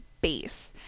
base